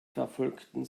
verfolgten